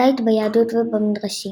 הזית ביהדות ובמדרשים